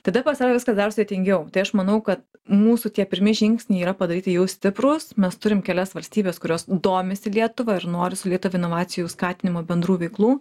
tada pasidaro viskas dar sudėtingiau tai aš manau kad mūsų tie pirmi žingsniai yra padaryti jau stiprūs mes turim kelias valstybes kurios domisi lietuva ir nori su liet inovacijų skatinimo bendrų veiklų